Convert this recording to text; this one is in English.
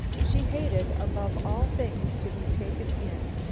she hated above all things to be taken in.